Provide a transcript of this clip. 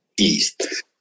east